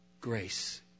grace